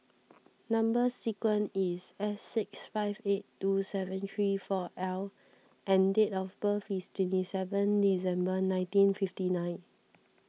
Number Sequence is S six five eight two seven three four L and date of birth is twenty seven December nineteen fifty nine